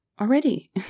already